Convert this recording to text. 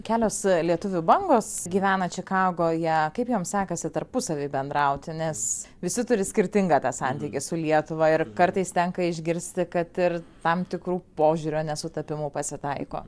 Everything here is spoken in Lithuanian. kelios lietuvių bangos gyvena čikagoje kaip joms sekasi tarpusavy bendrauti nes visi turi skirtingą tą santykį su lietuva ir kartais tenka išgirsti kad ir tam tikrų požiūrio nesutapimų pasitaiko